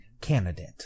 candidate